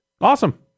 Awesome